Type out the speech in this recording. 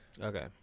okay